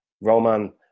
Roman